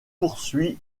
poursuit